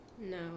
no